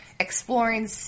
Exploring